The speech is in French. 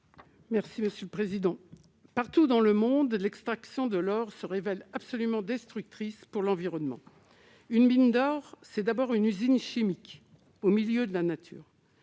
Mme Raymonde Poncet Monge. Partout dans le monde, l'extraction de l'or se révèle destructrice pour l'environnement. Une mine d'or est d'abord une usine chimique au milieu de la nature,